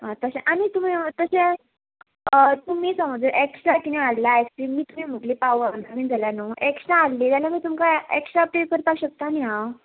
आं तशें आनी तुमी तशें तुमी समज एक्स्ट्रा किदें हाडला आयस्क्रीम बी तुमी म्हटली पावना जाल्या न्हू एक्स्ट्रा हाडली जाल्यार तुमकां एक्स्ट्रा पे करपाक शकता न्ही हांव